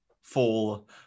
fall